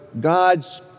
God's